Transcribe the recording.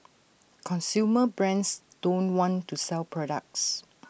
consumer brands don't want to sell products